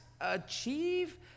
achieve